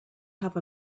have